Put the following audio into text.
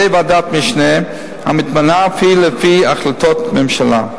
על-ידי ועדת משנה המתמנה אף היא לפי החלטות ממשלה.